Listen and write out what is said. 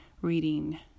reading